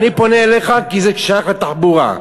אני פונה אליך כי זה שייך לתחבורה.